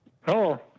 Hello